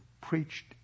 preached